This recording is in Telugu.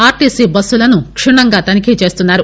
ఆర్టీసీ బస్సులను క్షుణ్ణంగా తనిఖీ చేస్తున్నారు